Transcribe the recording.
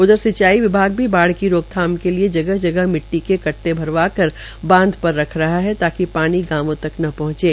उधर सिंचाई विभाग भी बाढ़ की रोकथाम के लिए जगह जगह मिट्टी कट्टे भरवाकर बांध कर रख रहा है ताकि पानी गांवों तक न पहंचे